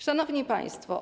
Szanowni Państwo!